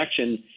action